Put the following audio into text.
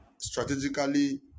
strategically